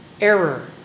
error